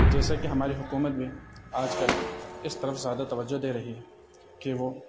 جیسا کہ ہماری حکومت بھی آج کل اس طرف زیادہ توجہ دے رہی ہے کہ وہ